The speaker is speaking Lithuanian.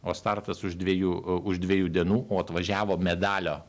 o startas už dviejų e už dviejų dienų o atvažiavo medalio